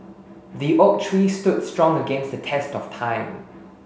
the oak tree stood strong against the test of time